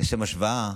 לשם השוואה,